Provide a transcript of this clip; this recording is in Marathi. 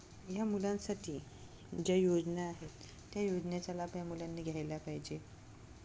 ह्या मुलांसाठी ज्या योजना आहेत त्या योजनेचा लाभ या मुलांनी घ्यायला पाहिजे